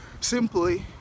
simply